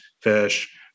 fish